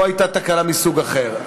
פה הייתה תקלה מסוג אחר.